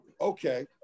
Okay